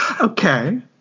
Okay